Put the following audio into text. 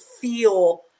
feel